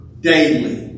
daily